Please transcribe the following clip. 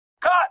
Cut